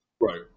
Right